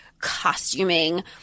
costuming